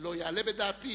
שלא יעלה בדעתי